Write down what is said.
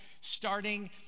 starting